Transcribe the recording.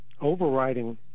overriding